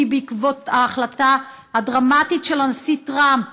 כי בעקבות ההחלטה הדרמטית של הנשיא טראמפ,